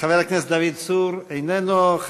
חבר הכנסת דוד צור, איננו.